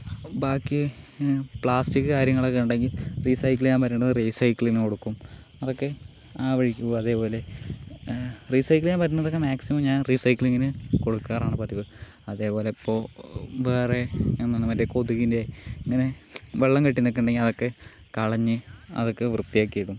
ബാക്കി പ്ലാസ്റ്റിക്ക് കാര്യങ്ങളൊക്കെ ഉണ്ടെങ്കിൽ റിസൈക്കിൾ ചെയ്യാൻ പറ്റണത് റിസൈക്കിളിന് കൊടുക്കും അതൊക്കെ ആ വഴിക്ക് പോകും അതേപോലെ റിസൈക്കിള് ചെയ്യാൻ പറ്റണതൊക്കെ ഞാൻ മാക്സിമം റിസൈക്ക്ലിങ്ങിന് കൊടുക്കാറാണ് പതിവ് അതേപോലെ ഇപ്പോൾ വേറെ എന്താണ് മറ്റേ കൊതുകിൻ്റെ അങ്ങനെ വെള്ളം കെട്ടി നിൽക്കുന്നുണ്ടെങ്കിൽ അതൊക്കെ കളഞ്ഞ് അതൊക്കെ വൃത്തിയാക്കി ഇടും